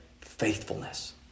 faithfulness